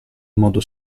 modo